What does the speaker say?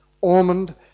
Ormond